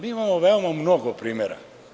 Mi imamo veoma mnogo primera.